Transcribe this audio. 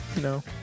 No